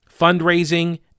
fundraising